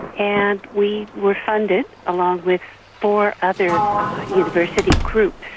and we were funded, along with four other university groups.